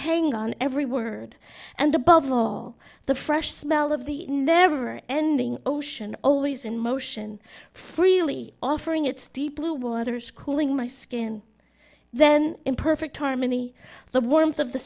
hang on every word and above all the fresh smell of the never ending ocean always in motion freely offering its deep blue waters cooling my skin then in perfect harmony the warmth of the